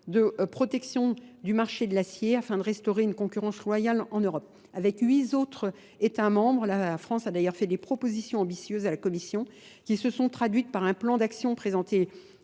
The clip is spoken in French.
de protection du marché de l'acier afin de restaurer une concurrence royale en Europe. Avec huit autres Etats membres, la France a d'ailleurs fait des propositions ambitieuses à la Commission qui se sont traduites par un plan d'action présenté